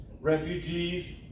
refugees